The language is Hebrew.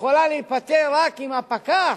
יכול להיפתר רק אם הפקח,